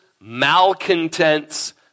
malcontents